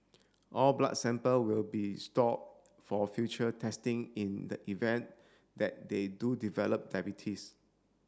all blood sample will be stored for further testing in the event that they do develop diabetes